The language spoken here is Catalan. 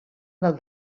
del